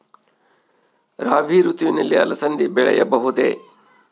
ರಾಭಿ ಋತುವಿನಲ್ಲಿ ಅಲಸಂದಿ ಬೆಳೆಯಬಹುದೆ?